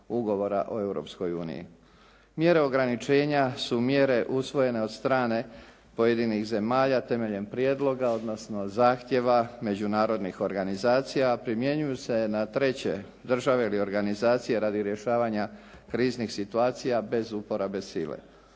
uniji. Mjere ograničenja su mjere usvojene od strane pojedinih zemalja temeljem prijedloga, odnosno zahtjeva međunarodnih organizacija, a primjenjuju se na treće države ili organizacije radi rješavanja kriznih situacija bez uporabe sile.